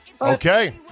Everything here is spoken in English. Okay